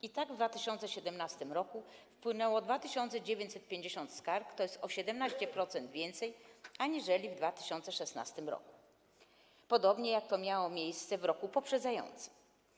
I tak w 2017 r. wpłynęło 2950 skarg, tj. o 17% więcej aniżeli w 2016 r., podobnie jak to miało miejsce w roku poprzednim.